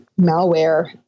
malware